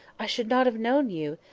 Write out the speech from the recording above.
i should not have known you!